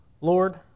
Lord